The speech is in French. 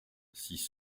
six